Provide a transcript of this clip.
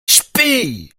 spij